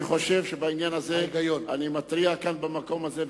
אני חושב שבעניין הזה אני מתריע כאן במקום הזה,